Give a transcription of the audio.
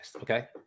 okay